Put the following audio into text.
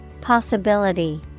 Possibility